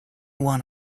won